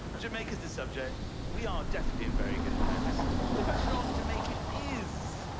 jamaica's the subject. we are definitely in very good hands. i think so. the question on jamaica is.